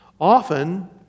Often